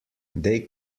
they